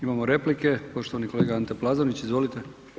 Imamo replike, poštovani kolega Ante Plazonić, izvolite.